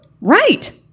right